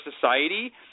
society –